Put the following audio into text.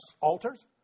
altars